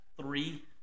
three